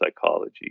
psychology